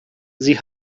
sie